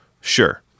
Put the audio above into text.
Sure